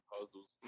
puzzles